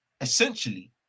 essentially